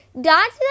dance